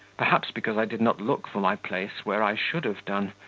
perhaps because i did not look for my place where i should have done.